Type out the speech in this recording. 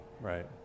right